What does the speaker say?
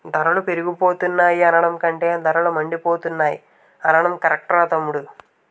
ధరలు పెరిగిపోతున్నాయి అనడం కంటే ధరలు మండిపోతున్నాయ్ అనడం కరెక్టురా తమ్ముడూ